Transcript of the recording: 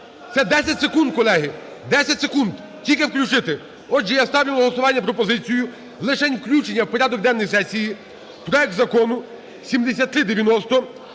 Це 10 секунд, колеги, 10 секунд, тільки включити. Отже, я ставлю на голосування пропозицію лишень включення в порядок денний сесії проект Закону 7390